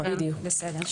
בסדר.